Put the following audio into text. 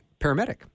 paramedic